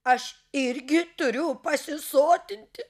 aš irgi turiu pasisotinti